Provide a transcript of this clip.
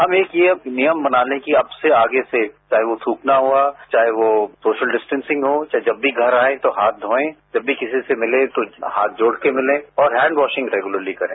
हम यह नियम बना लें कि हम आगे से चाहे वो थूकना हुआ चाहे सोशल डिस्टेंसिंग हो चाहे जब भी घर आएं तो हाथ धोंए जब भी किसी से मिलें तो हाथ जोड़कर मिलें और हेंड वॉशिंग रेगुलेरी करें